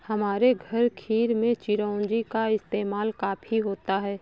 हमारे घर खीर में चिरौंजी का इस्तेमाल काफी होता है